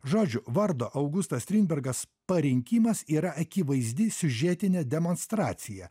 žodžiu vardo augustas strindbergas parinkimas yra akivaizdi siužetinė demonstracija